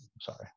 Sorry